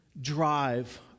drive